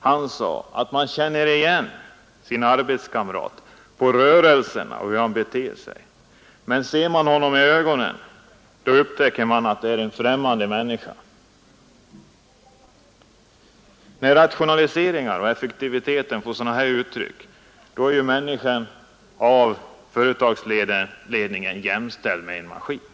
Han sade att man känner igen sin arbetskamrat på rörelserna och hur han beter sig, men om man ser honom i ögonen upptäcker man att det är en främmande människa. När rationaliseringarna och effektivitetskraven tar sig sådana uttryck har företagsledningen jämställt människan med en maskin.